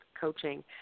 coaching